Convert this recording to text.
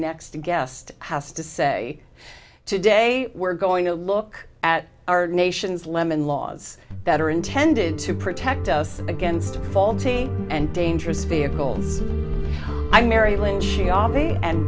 next guest has to say today we're going to look at our nation's lemon laws that are intended to protect us against faulty and dangerous vehicles i married when she a